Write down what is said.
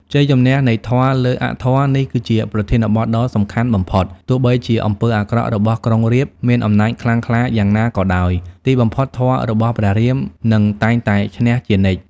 ជ័យជំនះនៃធម៌លើអធម៌ នេះគឺជាប្រធានបទដ៏សំខាន់បំផុត ទោះបីជាអំពើអាក្រក់របស់ក្រុងរាពណ៍មានអំណាចខ្លាំងក្លាយ៉ាងណាក៏ដោយ ទីបំផុតធម៌របស់ព្រះរាម នឹងតែងតែឈ្នះជានិច្ច ។